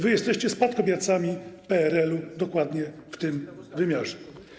Wy jesteście spadkobiercami PRL-u dokładnie w tym wymiarze.